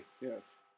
Yes